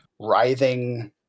writhing